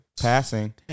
passing